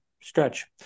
stretch